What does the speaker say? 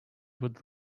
would